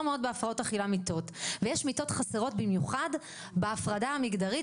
מאוד בהפרעות האכילה מיטות ויש מיטות חסרות במיוחד בהפרדה המגדרית